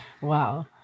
Wow